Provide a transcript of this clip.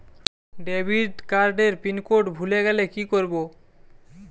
Debit card এর pin code ভুলে গেলে কি করব?